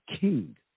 king